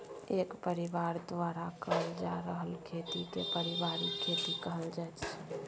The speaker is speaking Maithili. एक परिबार द्वारा कएल जा रहल खेती केँ परिबारिक खेती कहल जाइत छै